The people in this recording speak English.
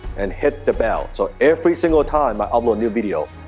and hit the bell. so every single time i upload new video,